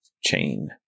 chain